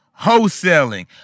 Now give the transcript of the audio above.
Wholesaling